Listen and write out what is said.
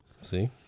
See